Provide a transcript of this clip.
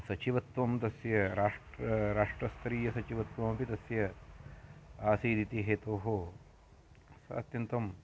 सचिवत्वं तस्य राष्ट्रं राष्ट्रस्तरीयसचिवत्वमपि तस्य आसीदिति हेतोः स अत्यन्तं